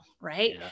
right